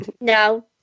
No